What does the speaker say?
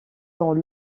dans